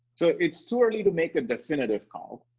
so it's too early to make a definitive call.